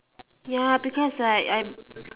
ya because like I'm